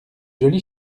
jolie